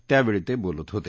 त्यावेळी ते बोलत होते